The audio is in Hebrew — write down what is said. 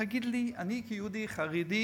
תגיד לי, אני, כיהודי חרדי,